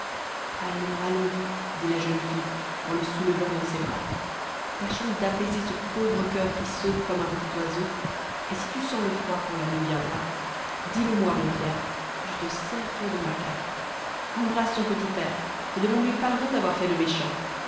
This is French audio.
allons allons dit la jeune fille en le soulevant dans ses bras tâchons d'apaiser ce pauvre cur qui saute comme un petit oiseau et si tu sens le froid quand la nuit viendra dis-le-moi mon pierre je te serrerai dans ma cape embrasse ton petit père et demande-lui pardon d'avoir fait le méchant